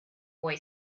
boy